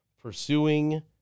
pursuing